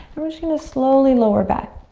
you to slowly lower back.